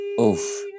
Oof